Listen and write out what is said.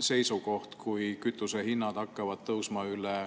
seisukoht, kui kütusehinnad hakkavad tõusma kahe